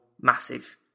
massive